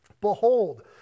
behold